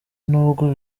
nubwo